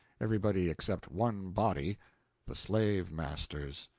everybody except one body the slave-master's.